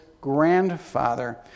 grandfather